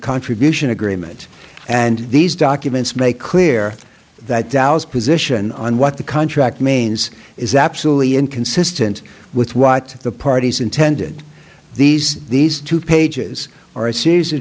contribution agreement and these documents make clear that dows position on what the contract means is absolutely inconsistent with what the parties intended these these two pages or a series of